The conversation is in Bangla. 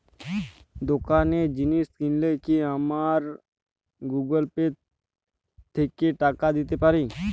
দোকানে জিনিস কিনলে কি আমার গুগল পে থেকে টাকা দিতে পারি?